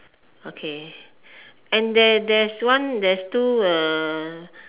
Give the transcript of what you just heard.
okay and there there's one there's two uh